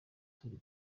tundi